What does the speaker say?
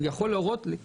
יכול להורות גם